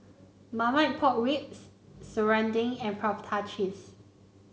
Marmite Pork Ribs Serunding and Prata Cheese